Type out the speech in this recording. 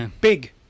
big